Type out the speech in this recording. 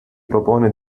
propone